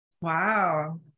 Wow